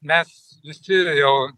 mes visi jau